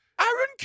Aaron